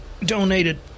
donated